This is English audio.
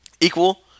Equal